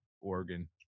Oregon